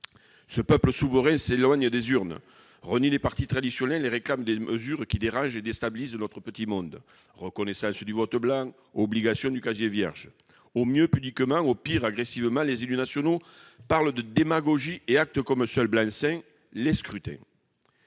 Ce peuple souverain s'éloigne des urnes, renie les partis traditionnels et réclame des mesures qui dérangent et déstabilisent notre petit monde : reconnaissance du vote blanc, obligation du casier vierge. Au mieux pudiquement, au pire agressivement, les élus nationaux parlent de démagogie et actent comme seul blanc-seing les scrutins.